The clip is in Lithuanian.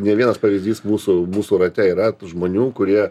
ne vienas pavyzdys mūsų mūsų rate yra tų žmonių kurie